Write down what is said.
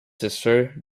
sister